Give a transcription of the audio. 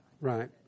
Right